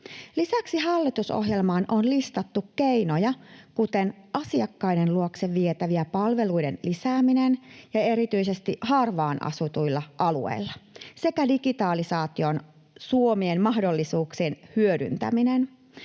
Lisäksi hallitusohjelmaan on listattu keinoja, kuten asiakkaiden luokse vietävien palveluiden lisääminen erityisesti harvaanasutuilla alueilla sekä digitalisaation suomien mahdollisuuksien hyödyntäminen.